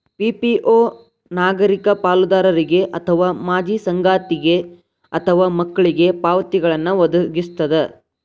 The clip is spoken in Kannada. ಪಿ.ಪಿ.ಓ ನಾಗರಿಕ ಪಾಲುದಾರರಿಗೆ ಅಥವಾ ಮಾಜಿ ಸಂಗಾತಿಗೆ ಅಥವಾ ಮಕ್ಳಿಗೆ ಪಾವತಿಗಳ್ನ್ ವದಗಿಸ್ತದ